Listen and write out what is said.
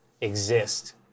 exist